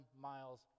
miles